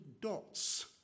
dots